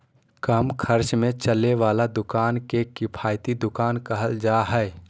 कम खर्च में चले वाला दुकान के किफायती दुकान कहल जा हइ